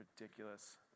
Ridiculous